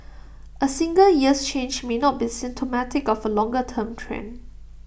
A single year's change may not be symptomatic of A longer term trend